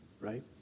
right